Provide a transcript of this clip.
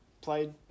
played